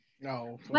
no